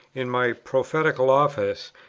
in my prophetical office,